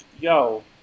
yo